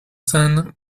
scène